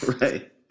right